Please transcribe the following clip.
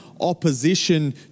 opposition